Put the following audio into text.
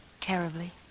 Terribly